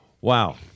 Wow